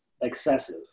excessive